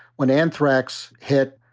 when anthrax hit,